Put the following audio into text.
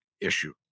issue